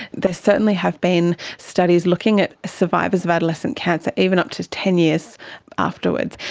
there certainly have been studies looking at survivors of adolescent cancer, even up to ten years afterwards,